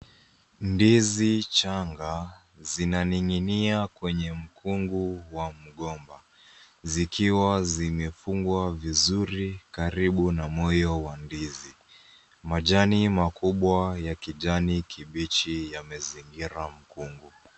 Ndizi changa zinaninginia kwenye mkungu wa mgomba zikiwa zimefungwa vizuri karibu na moyo wa ndizi. Majani makubwa ya kijani kibichi yamezingira mkunga.